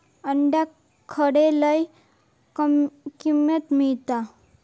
अंड्याक खडे लय किंमत मिळात?